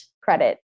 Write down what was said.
credit